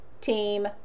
team